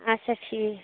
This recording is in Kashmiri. آچھا ٹھیٖک